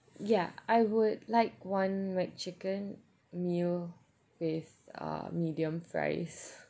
ya I would like one mac chicken meal with um medium fries